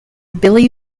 billy